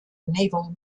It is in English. naval